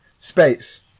Space